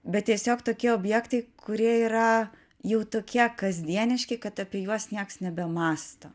bet tiesiog tokie objektai kurie yra jau tokie kasdieniški kad apie juos nieks nebemąsto